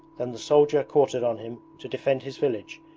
than the soldier quartered on him to defend his village,